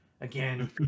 again